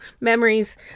memories